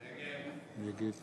נגד